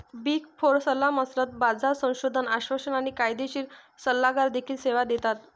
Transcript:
big four सल्लामसलत, बाजार संशोधन, आश्वासन आणि कायदेशीर सल्लागार देखील सेवा देतात